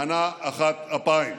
מנה אחת אפיים.